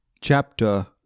Chapter